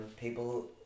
people